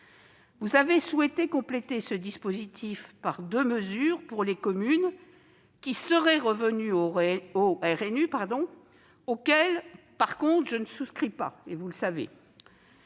Vous avez souhaité compléter ce dispositif par deux mesures pour les communes qui seraient revenues au RNU, auxquelles je ne souscris pas. Tout d'abord,